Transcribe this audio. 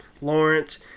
Lawrence